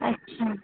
अच्छा